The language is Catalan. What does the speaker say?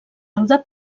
rodar